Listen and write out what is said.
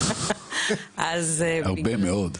הרבה מאוד.